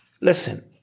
listen